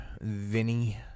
Vinny